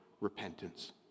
repentance